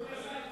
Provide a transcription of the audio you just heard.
אדוני השר,